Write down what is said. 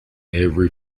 every